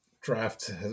draft